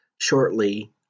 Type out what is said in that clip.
shortly